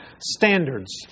standards